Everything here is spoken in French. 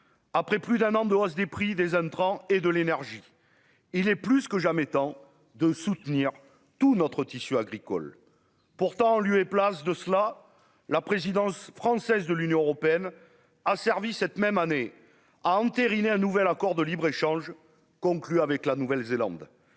après plus d'un an de hausse des prix des intrants et de l'énergie, il est plus que jamais temps de soutenir tout notre tissu agricole pourtant en lieu et place de cela, la présidence française de l'Union européenne a servi cette même année à entériner un nouvel accord de libre-échange conclu avec la Nouvelle-Zélande